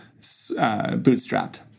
bootstrapped